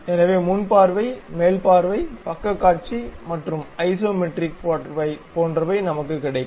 எனவே முன் பார்வை மேல் பார்வை பக்கக் காட்சி மற்றும் ஐசோமெட்ரிக் பார்வை போன்றவை நமக்கு கிடைக்கும்